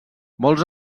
molts